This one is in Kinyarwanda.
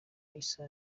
issa